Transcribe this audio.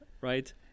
right